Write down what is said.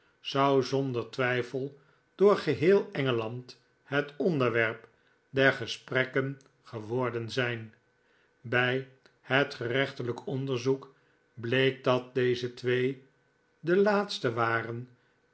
zou zonder twijfel door geheel engeland net onderwerp der gesprekken geworden zijn bij het gerechtelijk onderzoek bleek dat deze twee de laatsten waren